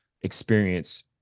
experience